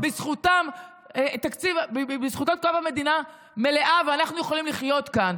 בזכותם קופת המדינה מלאה ואנחנו יכולים לחיות כאן.